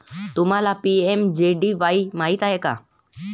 तुम्हाला पी.एम.जे.डी.वाई माहित आहे का?